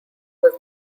was